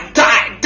die